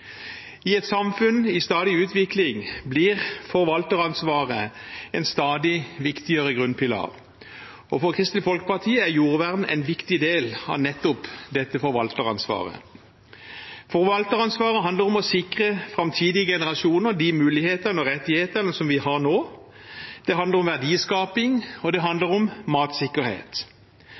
I et samfunn i stadig utvikling blir forvalteransvaret en stadig viktigere grunnpilar, og for Kristelig Folkeparti er jordvern en viktig del av dette forvalteransvaret. Forvalteransvaret handler om å sikre framtidige generasjoner de mulighetene og rettighetene som vi har nå. Det handler om verdiskaping, og det handler om matsikkerhet.